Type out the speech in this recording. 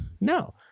No